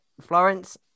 Florence